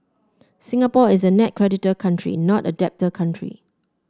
Singapore is a net creditor country not a debtor country